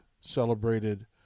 celebrated